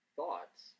thoughts